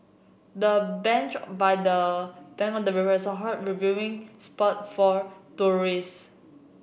the bench by the bank of the river is a hot reviewing spot for tourists